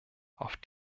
auf